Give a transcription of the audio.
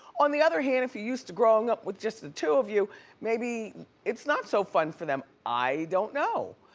on the other hand if you're used to growing up with just the two of you maybe it's not so fun for them. i don't know.